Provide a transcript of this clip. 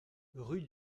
route